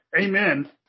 Amen